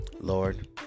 Lord